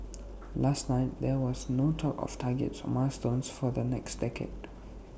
last night there was no talk of targets or milestones for the next decade